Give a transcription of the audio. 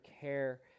care